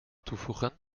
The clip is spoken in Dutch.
toevoegen